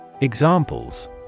Examples